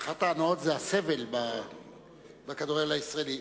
אחת הטענות היא על הסבל בכדורגל הישראלי.